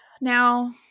Now